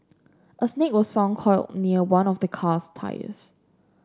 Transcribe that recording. a snake was found coiled near one of the car's tyres